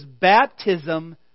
baptism